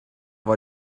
war